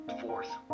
fourth